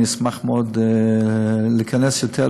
אני אשמח להיכנס יותר,